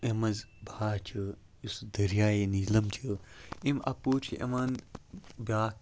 اَمہِ منٛز بَہان چھُ یُس دٔریایے نیٖلم چھِ اَمہِ اَپور چھِ یِوان بیٛاکھ